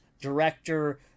director